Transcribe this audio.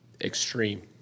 extreme